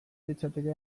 litzateke